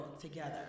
together